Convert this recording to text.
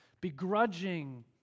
begrudging